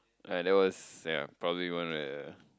like there was ya probably going with the